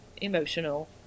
Emotional